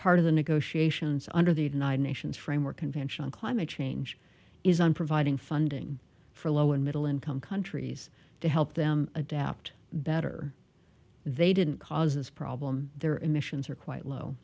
part of the negotiations under the united nations framework convention on climate change is on providing funding for low and middle income countries to help them adapt better they didn't cause this problem their emissions are quite low